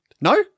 No